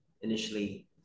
initially